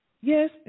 Yes